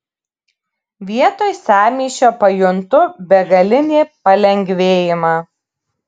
vietoj sąmyšio pajuntu begalinį palengvėjimą